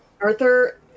Arthur